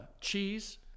Cheese